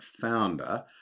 founder